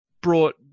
brought